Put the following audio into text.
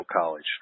College